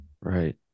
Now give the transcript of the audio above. Right